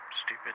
stupid